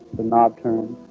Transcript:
the knob turned